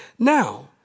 Now